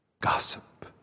Gossip